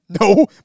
No